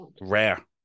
Rare